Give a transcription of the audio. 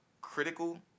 critical